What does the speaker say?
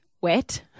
wet